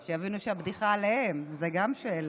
שיבינו שהבדיחה עליהם, זאת גם שאלה.